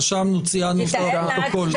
רשמנו, ציינו לפרוטוקול.